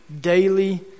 daily